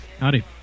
Howdy